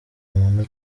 muntu